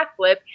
backflip